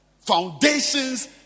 Foundations